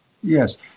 Yes